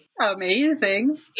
Amazing